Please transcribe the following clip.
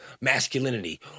masculinity